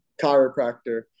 chiropractor